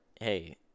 hey